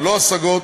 ללא השגות,